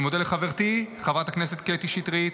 אני מודה לחברתי חברת הכנסת קטי שטרית,